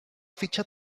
fitxa